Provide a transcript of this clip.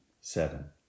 seven